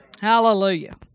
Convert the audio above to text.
Hallelujah